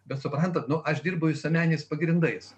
bet suprantat nu aš dirbu visuomeniniais pagrindais